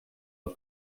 are